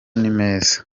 nimeza